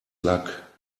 luck